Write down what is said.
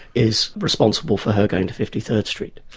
is responsible for her going to fifty third street.